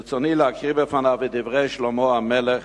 ברצוני להקריא בפניו את דברי שלמה המלך,